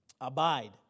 Abide